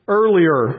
earlier